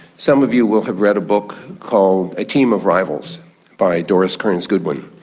some of you will have read a book called ah team of rivals by doris kearns goodwin,